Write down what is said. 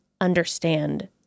understand